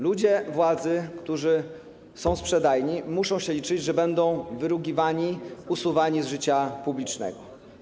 Ludzie władzy, którzy są sprzedajni, muszą się liczyć z tym, że będą rugowani, usuwani z życia publicznego.